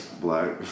Black